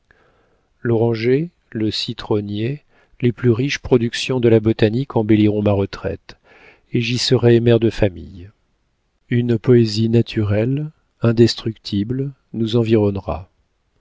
l'oranger le citronnier les plus riches productions de la botanique embelliront ma retraite et j'y serai mère de famille une poésie naturelle indestructible nous environnera